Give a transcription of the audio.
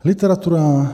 Literatura.